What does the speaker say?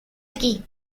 aquí